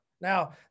Now